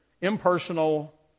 impersonal